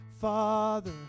father